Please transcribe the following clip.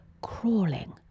crawling